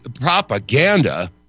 propaganda